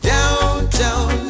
Downtown